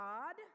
God